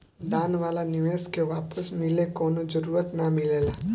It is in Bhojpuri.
दान वाला निवेश के वापस मिले कवनो जरूरत ना मिलेला